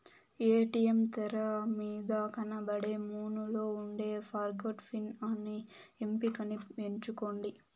ATM తెరమీద కనబడే మెనూలో ఉండే ఫర్గొట్ పిన్ అనే ఎంపికని ఎంచుకోండి